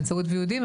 באמצעות ויעודים,